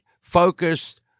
focused